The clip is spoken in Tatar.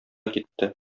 китте